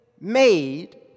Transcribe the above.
made